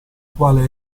quale